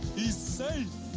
he's safe!